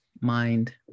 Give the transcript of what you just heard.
mind